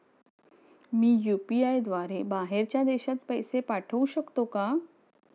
मी UPI द्वारे बाहेरच्या देशात पैसे पाठवू शकतो का?